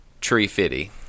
tree-fitty